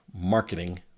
marketing